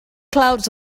clouds